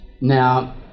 now